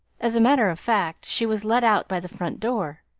as a matter of fact, she was let out by the front door.